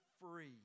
free